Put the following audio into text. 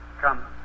Come